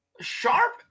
Sharp